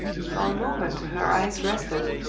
for a moment her eyes rested,